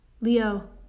Leo